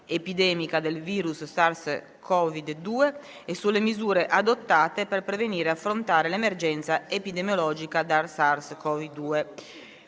del virus SARS-CoV-2 e sulle misure adottate per prevenire e affrontare l'emergenza epidemiologica da SARS-CoV-2,